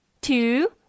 two